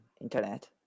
internet